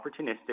opportunistic